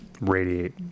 radiate